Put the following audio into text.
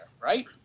right